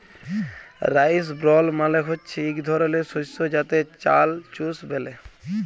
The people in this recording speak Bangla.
রাইস ব্রল মালে হচ্যে ইক ধরলের শস্য যাতে চাল চুষ ব্যলে